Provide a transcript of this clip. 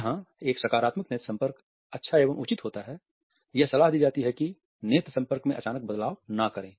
जहां एक सकारात्मक नेत्र संपर्क अच्छा एवं उचित होता है यह सलाह दी जाती है कि नेत्र संपर्क में अचानक बदलाव न करें